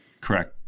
Correct